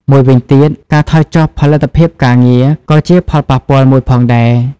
មួយវិញទៀត ការថយចុះផលិតភាពការងារ ក៏ជាផលប៉ះពាល់មួយផងដែរ។